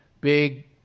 Big